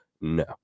No